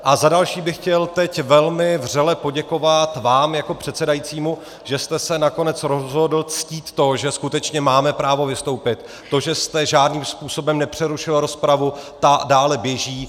A za další bych chtěl teď velmi vřele poděkovat vám jako předsedajícímu, že jste se nakonec rozhodl ctít to, že skutečně máme právo vystoupit, to, že jste žádným způsobem nepřerušil rozpravu, ta dále běží.